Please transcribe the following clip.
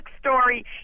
story